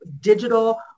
digital